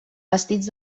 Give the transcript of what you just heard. vestits